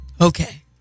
Okay